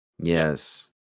Yes